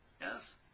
Yes